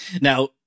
Now